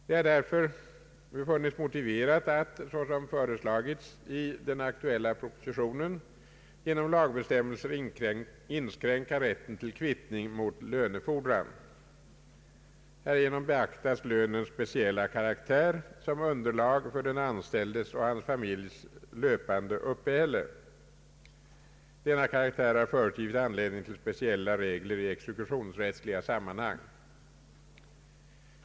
Det har därför befunnits motiverat att, såsom föreslagits i den aktuella propositionen, genom <lagbestämmelser inskränka rätten till kvittning mot lönefordran. Härigenom beaktas lönens speciella karaktär som underlag för den anställdes och hans familjs löpande uppehälle. Denna karaktär har förut givit anledning till speciella regler i exekutionsrättsliga sammanhang.